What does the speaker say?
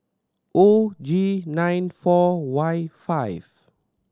O G nine four Y five